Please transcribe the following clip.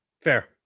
Fair